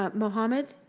um mohammed,